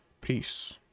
peace